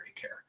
care